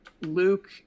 luke